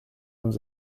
haben